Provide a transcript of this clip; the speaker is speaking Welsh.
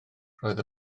roedd